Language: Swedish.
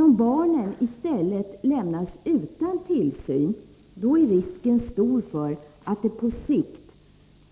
Om barnen i stället lämnas utan tillsyn är risken stor för att det på sikt